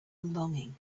longing